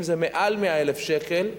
אם זה מעל 100,000 שקל,